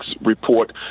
report